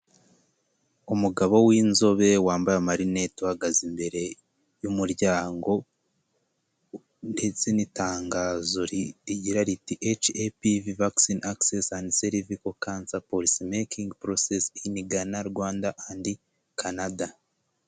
Umugabo w'inzobe wambaye amarinete uhagaze imbere y'umuryango ndetse n'itangazo rigira riti HPV vaccine access and cervical cancer policymaking process in Ghana, Rwanda, and Canada.